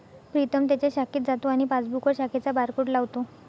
प्रीतम त्याच्या शाखेत जातो आणि पासबुकवर शाखेचा बारकोड लावतो